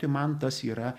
tai man tas yra